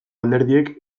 alderdiek